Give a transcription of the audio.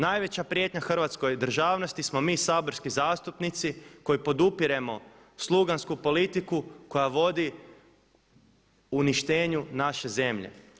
Najveća prijetnja hrvatskoj državnosti smo mi saborski zastupnici koji podupiremo slugansku politiku koja vodi uništenju naše zemlje.